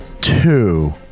two